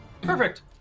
perfect